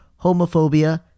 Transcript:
homophobia